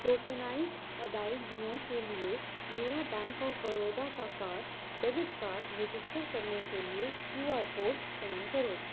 tokenized ادائیگیوں کے لیے میرا بینک آف بڑودا کا کارڈ ڈیبٹ کارڈ رجسٹر کرنے کے لیے کیو آر کوڈ اسکین کرو